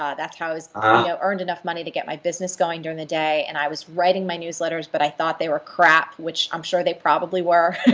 ah that's how i ah yeah earned enough money to get my business going during the day. and i was writing my newsletters but i thought they were crap, which i'm sure they probably were,